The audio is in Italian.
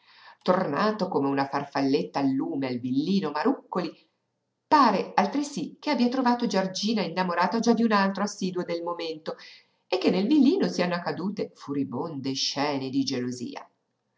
tornato come una farfalletta al lume al villino marúccoli pare altresí che abbia trovato giorgina innamorata già di un altro assiduo del momento e che nel villino siano accadute furibonde scene di gelosia